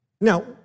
Now